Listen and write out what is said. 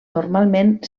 normalment